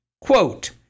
Quote